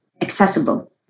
accessible